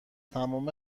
تمام